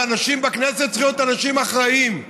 ואנשים בכנסת צריכים להיות אנשים אחראיים: